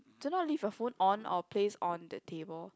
do not leave your phone on or place on the table